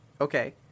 Okay